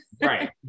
right